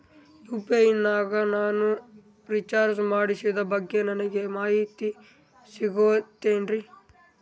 UPI ನಾಗ ನಾನು recharge ಮಾಡಿಸಿದ ಬಗ್ಗೆ ನನಗೆ ಮಾಹಿತಿ ಸಿಗುತೇನ್ರೀ?